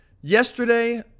yesterday